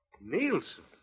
Nielsen